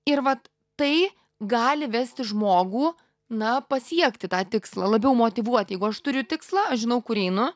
ir vat tai gali vesti žmogų na pasiekti tą tikslą labiau motyvuoti jeigu aš turiu tikslą aš žinau kur einu